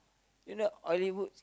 you know oily foods